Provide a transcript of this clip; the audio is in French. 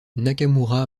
nakamura